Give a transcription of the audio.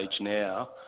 now